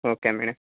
okay madam